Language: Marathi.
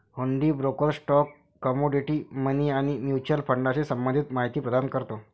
हुंडी ब्रोकर स्टॉक, कमोडिटी, मनी आणि म्युच्युअल फंडाशी संबंधित माहिती प्रदान करतो